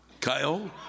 Kyle